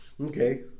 Okay